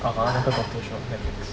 (uh huh) 那个 doctor show on Netflix